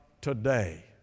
today